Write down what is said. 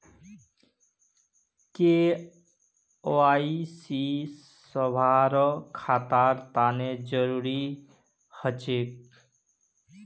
KYC सभारो खातार तने जरुरी ह छेक